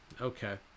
Okay